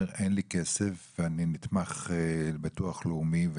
אין לי כסף ואני נתמך ביטוח לאומי.